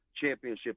championship